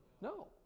No